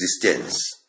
existence